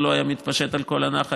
זה לא היה מתפשט על כל הנחל,